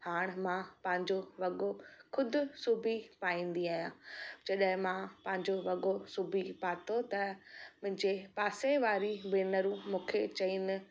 हाणे मां पंहिंजो वॻो ख़ुदि सिबी पाईंदी आहियां जॾहिं मां पंहिंजो वॻो सिबी पातो त मुंहिंजे पासे वारी भेनरूं मूंखे चयनि